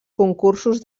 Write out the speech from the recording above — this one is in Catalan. concursos